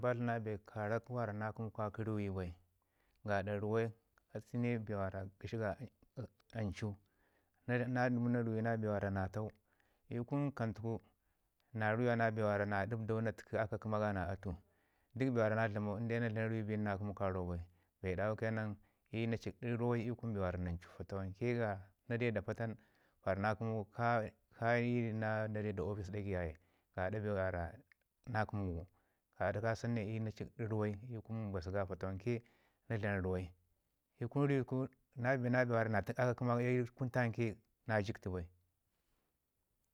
balnabe kaarak mi ka ki ruwai bai gaɗa ruwai atu ne bee mi gəshi ga anchu. Na dumu na ruyina bee mi na tau ikun na ruga na bee mina ɗabɗau na təki aka kəmaga na atu. Dək bee mi na ɗlamau na dlan ruwe bin na kəmu kaarak bai, bee dawu ke nan na cikɗu ruwai gaɗa fatawanke na kate da pata nin par na kəmu gu ka na deu da office dakai ya ye, gaɗa bee mi na kəmu gu. Gaɗa kasən ne na cikɗu ruwai i kun mbasu ga fata wanke na dlam ruwai. I kum ruwet təku na bi na bee mi na tək aka kəma ga na jiktu bai